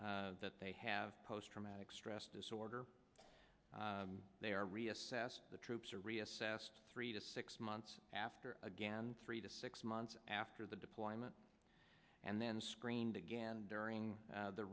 mean that they have post traumatic stress disorder they are reassessed the troops are reassessed three to six months after again three to six months after the deployment and then screened again during